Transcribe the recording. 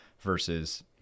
versus